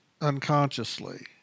unconsciously